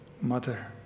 mother